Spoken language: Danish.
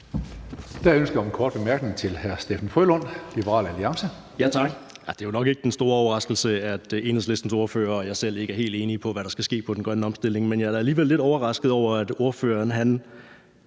et ønske om en kort bemærkning fra hr. Steffen W. Frølund, Liberal Alliance. Kl. 14:44 Steffen W. Frølund (LA): Tak. Det er jo nok ikke den store overraskelse, at Enhedslistens ordfører og jeg selv ikke er helt enige om, hvad der skal ske i forhold til den grønne omstilling, men jeg er da alligevel lidt overrasket over, at ordføreren